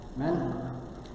amen